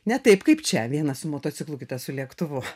ne taip kaip čia vienas su motociklu kitas su lėktuvu